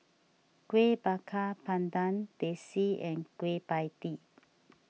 Kuih Bakar Pandan Teh C and Kueh Pie Tee